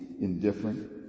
indifferent